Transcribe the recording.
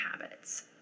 habits